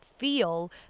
feel